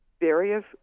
various